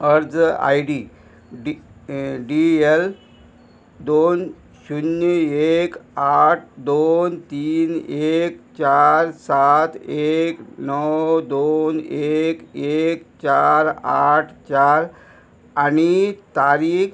अर्ज I D D D L दोन शुन्य एक आठ दोन तीन एक चार सात एक णव दोन एक एक चार आठ चार आनी तारीख